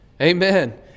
Amen